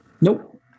Nope